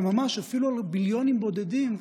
ואפילו על מיליונים בודדים,